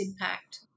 impact